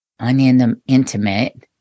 unintimate